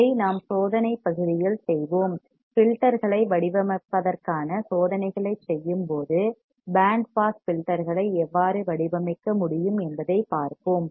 இதை நாம் சோதனைப் பகுதியில் செய்வோம் ஃபில்டர்களை வடிவமைப்பதற்கான சோதனைகளைச் செய்யும்போது பேண்ட் பாஸ் ஃபில்டர்களை எவ்வாறு வடிவமைக்க முடியும் என்பதைப் பார்ப்போம்